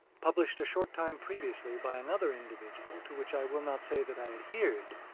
published a short time previously by another individual to which i will not say that i adhered,